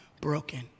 broken